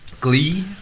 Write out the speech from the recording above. Glee